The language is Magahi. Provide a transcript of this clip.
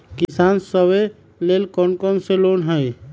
किसान सवे लेल कौन कौन से लोने हई?